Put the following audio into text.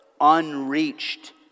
unreached